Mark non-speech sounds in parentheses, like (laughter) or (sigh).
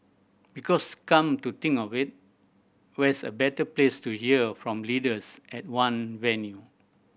because come to think a (unintelligible) where's a better place to hear from leaders at one venue